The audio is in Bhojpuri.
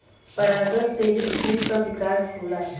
परागण से ही फूल क विकास होला